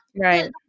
right